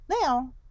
Now